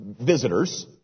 visitors